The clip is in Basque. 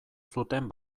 zuten